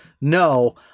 no